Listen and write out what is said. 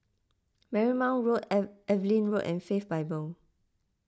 Marymount Road Evelyn Road and Faith Bible